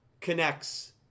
connects